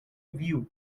view